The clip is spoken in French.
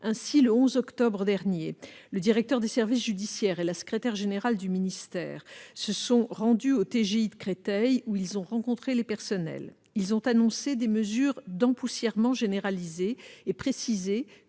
Ainsi, le 11 octobre dernier, le directeur des services judiciaires et la secrétaire générale adjointe du ministère se sont rendus au TGI de Créteil et y ont rencontré les personnels. Ils ont annoncé des mesures d'empoussièrement généralisées,